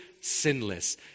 sinless